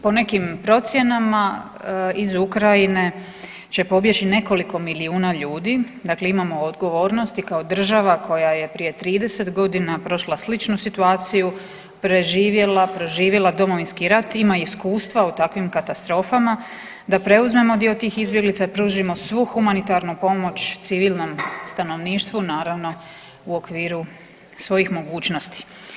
Po nekim procjenama iz Ukrajine će pobjeći nekoliko milijuna ljudi, dakle imamo odgovornost i kao država koja je prije 30 godina prošla sličnu situaciju, preživjela, proživjela Domovinski rat i ima iskustva u takvim katastrofama da preuzmemo dio tih izbjeglica i pružimo svu humanitarnu pomoć civilnom stanovništvu, naravno u okviru svojih mogućnosti.